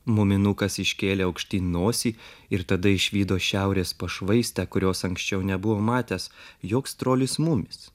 muminukas iškėlė aukštyn nosį ir tada išvydo šiaurės pašvaistę kurios anksčiau nebuvo matęs joks trolis mumis